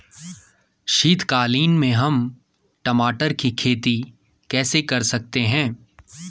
शीतकालीन में हम टमाटर की खेती कैसे कर सकते हैं?